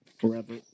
Forever